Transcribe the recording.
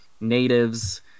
natives